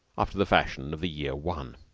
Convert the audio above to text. after the fashion of the year one.